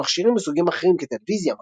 גם מכשירים מסוגים אחרים כטלוויזיה,